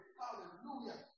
hallelujah